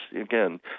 again